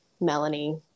Melanie